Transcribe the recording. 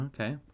Okay